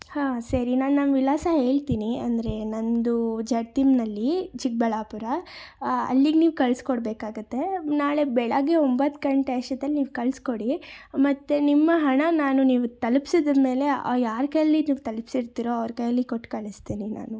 ಹಾಂ ಸರಿ ನಾನು ನಮ್ಮ ವಿಳಾಸ ಹೇಳ್ತೀನಿ ಅಂದರೆ ನನ್ನದು ಜಡಲತಿಮ್ನಳ್ಳಿ ಚಿಕ್ಕಬಳ್ಳಾಪುರ ಅಲ್ಲಿಗೆ ನೀವು ಕಳಿಸ್ಕೊಡ್ಬೇಕಾಗತ್ತೆ ನಾಳೆ ಬೆಳಗ್ಗೆ ಒಂಬತ್ತು ಗಂಟೆ ಅಷ್ಟೊತ್ತಲ್ಲಿ ನೀವು ಕಳಿಸ್ಕೊಡಿ ಮತ್ತೆ ನಿಮ್ಮ ಹಣ ನಾನು ನೀವು ತಲುಪ್ಸಿದ ಮೇಲೆ ಯಾರ ಕೈಯಲ್ಲಿ ನೀವು ತಲುಪಿಸಿರ್ತೀರೋ ಅವ್ರ ಕೈಯಲ್ಲಿ ಕೊಟ್ಟು ಕಳಿಸ್ತೀನಿ ನಾನು